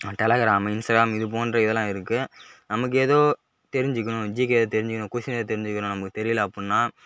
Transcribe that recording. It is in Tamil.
டெலகிராமு இன்ஸ்டாகிராம் இதுபோன்ற இதெலாம் இருக்கு நமக்கு எதோ தெரிஞ்சிக்கணும் ஜிகே தெரிஞ்சிக்கணும் கொஸின் எதாவது தெரிஞ்சிக்கணும் நமக்கு தெரியலை அப்புட்ன்னா